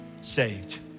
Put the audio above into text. saved